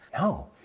No